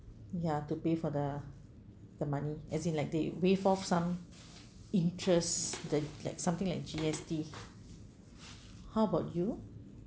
ya to pay for the the money as in like they waive off some interest the like something like G_S_T how about you